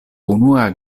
unua